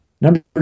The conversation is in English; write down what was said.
Number